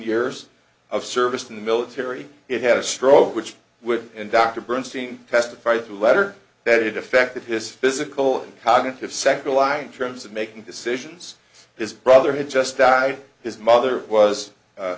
years of service in the military it had a stroke which would and dr bernstein testified to letter that it affected his physical cognitive secular line in terms of making decisions his brother had just died his mother was